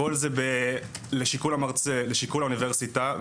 הכול זה לשיקול המרצה, לשיקול האוניברסיטה.